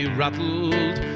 rattled